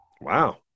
Wow